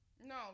No